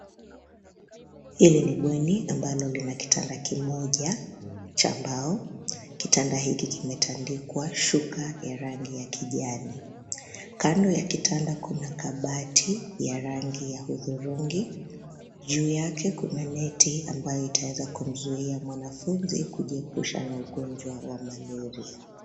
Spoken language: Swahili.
Hili ni bweni ambalo lina kitanda kimoja cha mbao. Kitanda hiki kimetadikwa shuka ya rangi ya kijani. Kando ya kitanda kuna kabati ya rangi ya hudhurungi. Juu yake kuna neti ambayo itaweza kumzuia mwanafunzi kujiepusha na ugonjwa wa malaria .